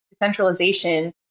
decentralization